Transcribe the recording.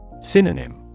Synonym